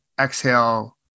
exhale